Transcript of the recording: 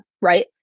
right